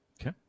okay